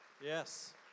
Yes